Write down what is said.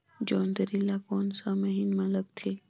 जोंदरी ला कोन सा महीन मां लगथे?